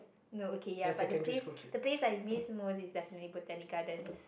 no okay ya but the place the place I miss the most is definitely Botanic-Gardens